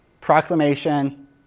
Proclamation